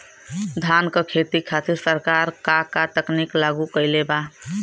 धान क खेती खातिर सरकार का का तकनीक लागू कईले बा?